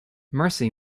mercy